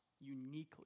uniquely